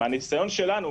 מהניסיון שלנו,